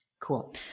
Cool